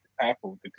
Apple